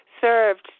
served